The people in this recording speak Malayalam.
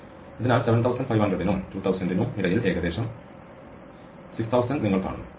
അതിനാൽ 7500 നും 2000 നും ഇടയിൽ ഏകദേശം 6000 നിങ്ങൾ കാണുന്നു